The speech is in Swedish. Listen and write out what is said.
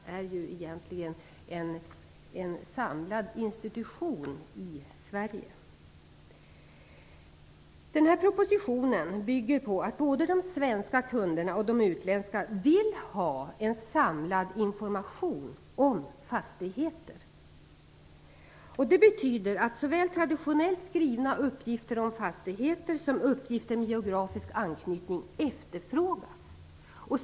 Allt utgör egentligen en samlad institution i Sverige. Propositionen bygger på att både de svenska kunderna och de utländska vill ha en samlad information om fastigheter. Såväl traditionellt skrivna uppgifter om fastigheter som uppgifter med geografisk anknytning efterfrågas.